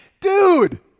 dude